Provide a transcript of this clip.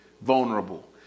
vulnerable